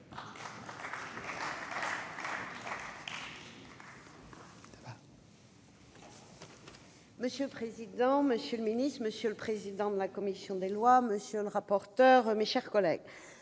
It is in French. Monsieur le président, monsieur le secrétaire d'État, monsieur le président de la commission des lois, monsieur le rapporteur, mes chers collègues,